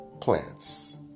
plants